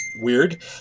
weird